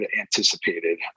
anticipated